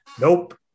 Nope